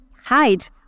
hide